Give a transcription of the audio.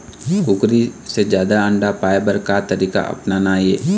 कुकरी से जादा अंडा पाय बर का तरीका अपनाना ये?